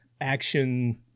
action